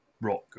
rock